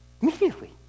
immediately